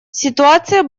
ситуация